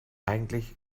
eigentlich